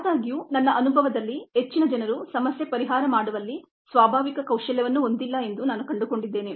ಆದಾಗ್ಯೂ ನನ್ನ ಅನುಭವದಲ್ಲಿ ಹೆಚ್ಚಿನ ಜನರು ಸಮಸ್ಯೆ ಪರಿಹಾರ ಮಾಡುವಲ್ಲಿ ಸ್ವಾಭಾವಿಕ ಕೌಶಲ್ಯವನ್ನು ಹೊಂದಿಲ್ಲ ಎಂದು ನಾನು ಕಂಡುಕೊಂಡಿದ್ದೇನೆ